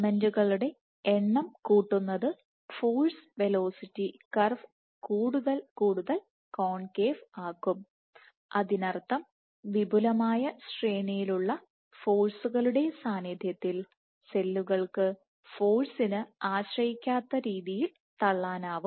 ഫിലമെന്റുകളുടെ എണ്ണം കൂട്ടുന്നത് force velocity curve കൂടുതൽ കൂടുതൽ കോൺകേവ് ആക്കും അതിനർത്ഥം വിപുലമായ ശ്രേണിയിലുള്ള ഫോഴ്സുകളുടെ സാന്നിധ്യത്തിൽ സെല്ലുകൾക്ക് ഫോഴ്സിനെ ആശ്രയിക്കാത്ത രീതിയിൽ തള്ളാൻ ആവും